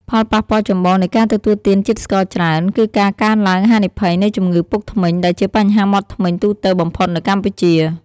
ផលប៉ះពាល់ចម្បងនៃការទទួលទានជាតិស្ករច្រើន គឺការកើនឡើងហានិភ័យនៃជំងឺពុកធ្មេញ ដែលជាបញ្ហាមាត់ធ្មេញទូទៅបំផុតនៅកម្ពុជា។